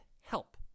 help